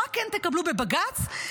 מה כן תקבלו בבג"ץ?